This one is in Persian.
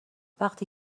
وقتی